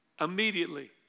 Immediately